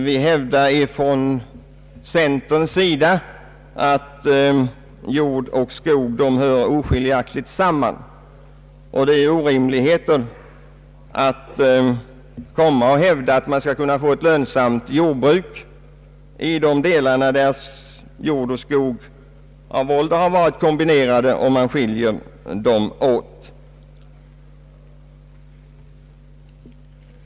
Vi hävdar från centerns sida att skog och jord hör oskiljaktigt samman och att det är orimligt att tänka sig att man skall kunna få ett lönsamt jordbruk i de delar av landet, där jord och skog av ålder har varit kombinerade, om man skiljer dem åt.